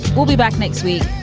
we'll be back next week.